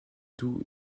doux